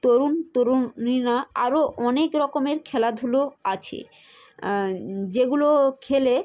তরুণ তরুণীনা আরো অনেক রকমের খেলাধুলো আছে যেগুলো খেলে